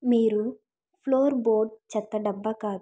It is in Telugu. మీరు ఫ్లోర్ బోర్డ్ చెత్త డబ్బా కాదు